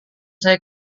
saya